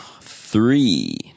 three